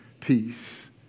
peace